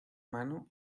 mano